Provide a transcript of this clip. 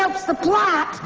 ah the plot!